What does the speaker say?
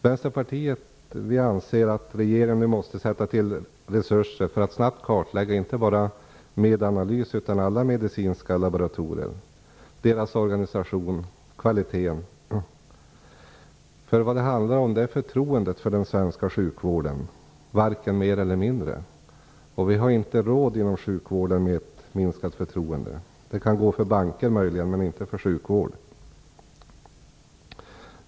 Vänsterpartiet anser att regeringen nu måste sätta in resurser för att snabbt kartlägga inte bara Medanalys utan alla medicinska laboratorier, deras organisation och kvaliteten på deras arbete. Detta handlar ju om förtroendet för den svenska sjukvården. Vi har inte råd med ett minskat förtroende inom sjukvården. Det kan möjligen gå för banker, men inte för sjukvården.